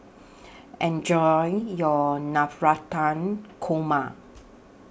Enjoy your Navratan Korma